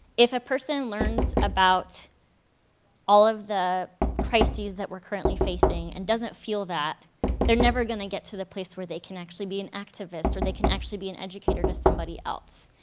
if a person learns about all of the crisis that we're currently facing and doesn't feel that they're never going to get to the place where they can actually be an activist or they can actually be an educator to somebody else.